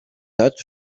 that